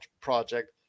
project